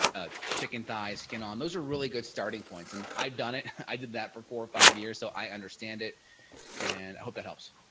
ah a chicken thighs skin on those are really good starting points and i've done it. i did that for four or five years so i understand it and i hope it helps.